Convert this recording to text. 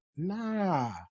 Nah